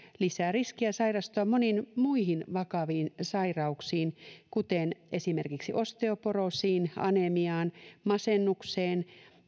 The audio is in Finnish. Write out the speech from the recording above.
lisää riskiä sairastua moniin muihin vakaviin sairauksiin kuten esimerkiksi osteoporoosiin anemiaan masennukseen